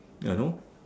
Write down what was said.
ya no